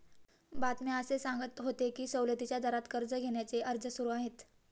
बातम्यात असे सांगत होते की सवलतीच्या दरात कर्ज घेण्याचे अर्ज सुरू आहेत